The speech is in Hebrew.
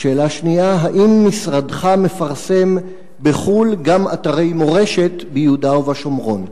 ושאלה שנייה: האם משרדך מפרסם בחוץ-לארץ גם אתרי מורשת ביהודה ובשומרון?